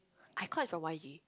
I caught is from Y_G